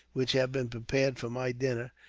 which have been prepared for my dinner,